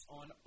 on